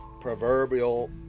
proverbial